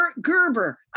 Gerber